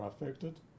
affected